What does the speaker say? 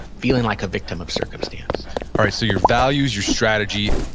feeling like a victim of circumstance all right. so your values, your strategy,